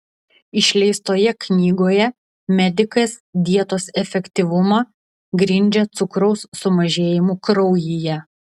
išleistoje knygoje medikas dietos efektyvumą grindžia cukraus sumažėjimu kraujyje